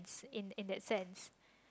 in in that sense